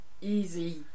easy